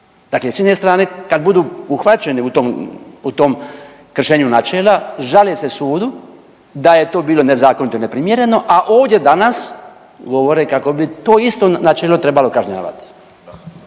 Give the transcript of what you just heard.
Dakle, s jedne strane kad budu uhvaćeni u tom, u tom kršenju načela žale se sudu da je to bilo nezakonito i neprimjereno, a ovdje danas govore kako bi to isto načelo trebalo kažnjavati.